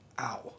Ow